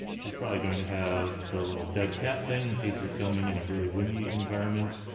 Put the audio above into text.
this is probably going to have the little deadcat thing in case you're filming in a really windy environment,